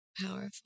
Powerful